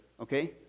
Okay